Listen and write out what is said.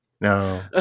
No